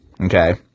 okay